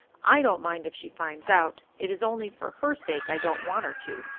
i don't mind if she finds out. it is only for her sake i don't want her to.